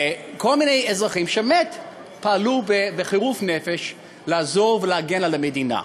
כל מיני אזרחים שבאמת פעלו בחירוף נפש לעזור להגן על המדינה.